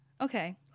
Okay